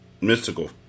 mystical